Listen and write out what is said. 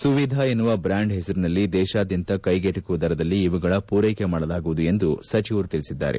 ಸುವಿಧಾ ಎನ್ನುವ ಬ್ರ್ಕಾಂಡ್ ಹೆಸರಿನಲ್ಲಿ ದೇಶಾದ್ದಂತ ಕೈಗೆಟುಕುವ ದರದಲ್ಲಿ ಇವುಗಳ ಪೂರೈಕೆ ಮಾಡಲಾಗುವುದು ಎಂದು ಸಚಿವರು ತಿಳಿಸಿದ್ದಾರೆ